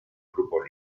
grupos